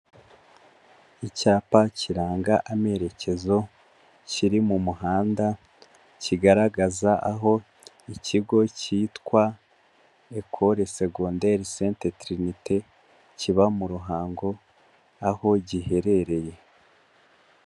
Icyapa kiranga amerekezo kiri mu muhanda, kigaragaza aho ikigo cyitwa Ecole Secondaire Sainte Trinite, kiba mu ruhango aho giherereye.